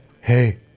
hey